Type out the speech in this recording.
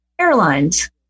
airlines